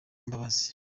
mbabazi